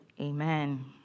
Amen